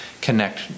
connect